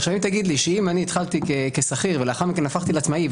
עכשיו אם תגיד לי שאם אני התחלתי כשכיר ולאחר מכן הפכתי לעצמאי,